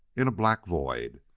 in a black void.